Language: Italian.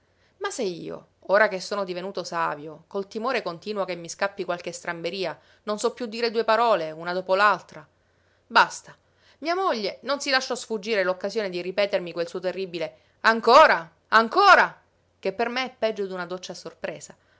ma se io ora che sono divenuto savio col timore continuo che mi scappi qualche stramberia non so piú dire due parole una dopo l'altra basta mia moglie non si lasciò sfuggire l'occasione di ripetermi quel suo terribile ancora ancora che per me è peggio d'una doccia a sorpresa